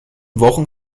wochen